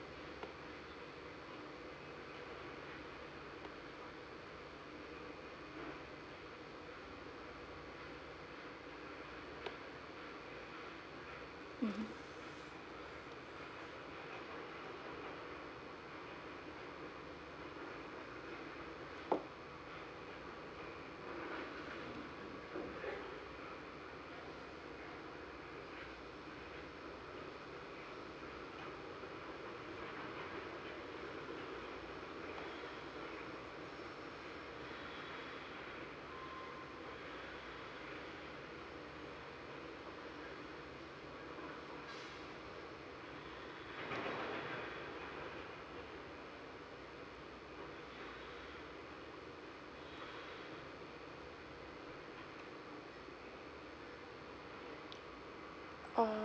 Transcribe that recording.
mmhmm err